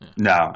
No